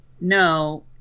no